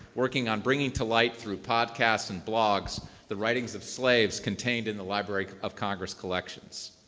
working on bringing to light through podcasts and blogs the writings of slaves contained in the library of congress collections.